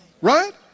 Right